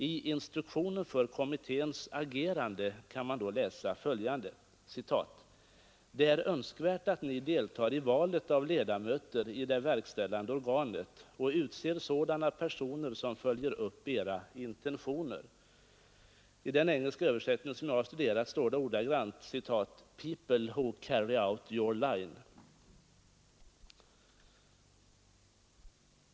I instruktionen för kommitténs agerande kan man då läsa: Det är önskvärt att ni deltar i valet av ledamöter i det verkställande organet och utser sådana personer som följer upp era intentioner. I den engelska översättning som jag har studerat står det ordagrant ”people who carry out your line”.